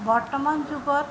বৰ্তমান যুগত